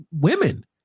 women